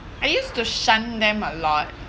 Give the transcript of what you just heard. I used to shun them a lot